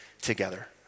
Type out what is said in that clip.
together